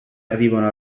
arrivano